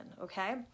Okay